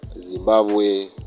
Zimbabwe